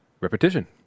Repetition